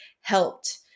Helped